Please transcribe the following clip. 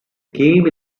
game